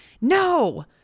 No